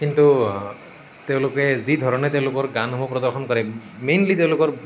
কিন্তু তেওঁলোকে যিধৰণে তেওঁলোকৰ গানসমূহ প্ৰদৰ্শন কৰে মেইনলি তেওঁলোকৰ